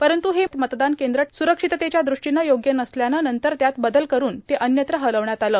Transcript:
परंत् हे मतदान केंद्र स्रक्षिततेच्या दृष्टीनं योग्य नसल्यानं नंतर त्यात बदल करुन ते अन्यत्र हलविण्यात आले